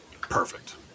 Perfect